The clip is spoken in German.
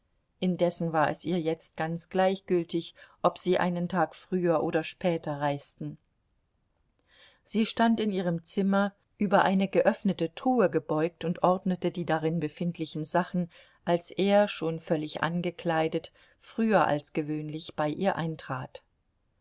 indessen war es ihr jetzt ganz gleichgültig ob sie einen tag früher oder später reisten sie stand in ihrem zimmer über eine geöffnete truhe gebeugt und ordnete die darin befindlichen sachen als er schon völlig angekleidet früher als gewöhnlich bei ihr eintrat